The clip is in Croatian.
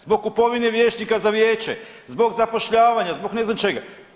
Zbog kupovine vijećnika za vijeće, zbog zapošljavanja, zbog ne znam čega.